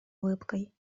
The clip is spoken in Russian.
улыбкой